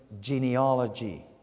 genealogy